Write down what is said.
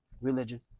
religion